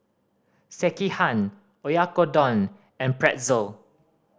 Sekihan Oyakodon and Pretzel